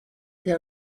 der